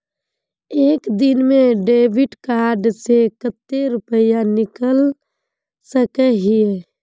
एक दिन में डेबिट कार्ड से कते रुपया निकल सके हिये?